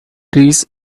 trees